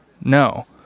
no